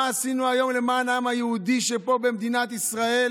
מה עשינו היום למען העם היהודי שנמצא פה במדינת ישראל